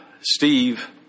Steve